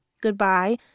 Goodbye